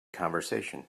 conversation